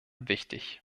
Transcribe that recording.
wichtig